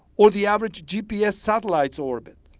or the average gps satellite's orbit.